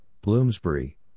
Bloomsbury